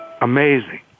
amazing